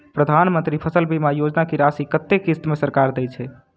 प्रधानमंत्री फसल बीमा योजना की राशि कत्ते किस्त मे सरकार देय छै?